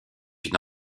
une